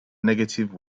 negative